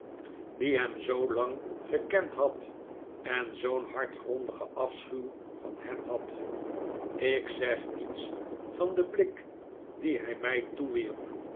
die hem zoo lang gekend had en zoo'n hartgrondigen afschuw van hem had ik zeg niets van den blik dien hij mij toewierp